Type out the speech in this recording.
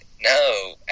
no